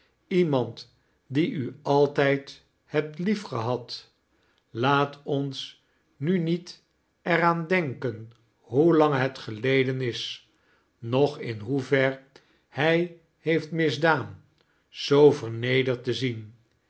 iemand die u altijd hebt liefgehad laat ons nu niet er aan denken hoe lang het geleden is noch in hoever hij heeft misdaan zoo vernederd te zian